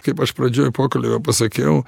kaip aš pradžioj pokalbio pasakiau